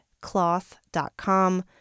CLOTH.com